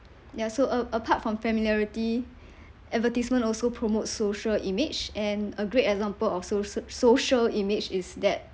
yeah so a~ apart from familiarity advertisement also promote social image and a great example of so~ social image is that